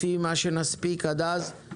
לפי מה שנספיק עד אז.